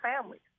families